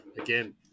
again